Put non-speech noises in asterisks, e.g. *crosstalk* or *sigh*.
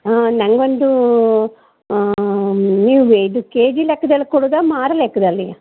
ಹಾಂ ನನಗೊಂದೂ *unintelligible* ಇದು K G ಲೆಕ್ದಲ್ಲಿ ಕೊಡೋದಾ ಮಾರು ಲೆಕ್ಕದಲ್ಲಿಯ